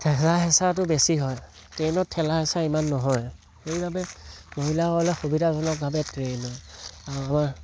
ঠেলা হেঁচাটো বেছি হয় ট্ৰেইনত ইমান ঠেলা হেঁচাটো ইমান নহয় সেইবাবে মহিলাসকলৰ সুবিধাজনকভাৱে